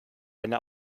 eine